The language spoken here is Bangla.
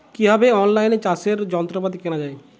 কিভাবে অন লাইনে চাষের যন্ত্রপাতি কেনা য়ায়?